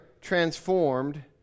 transformed